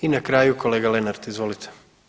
I na kraju kolega Lenart, izvolite.